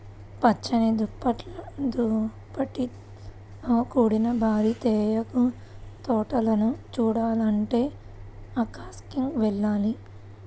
పచ్చని దుప్పట్లతో కూడిన భారీ తేయాకు తోటలను చూడాలంటే అస్సాంకి వెళ్ళాలి